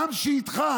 העם שאיתך,